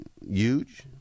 huge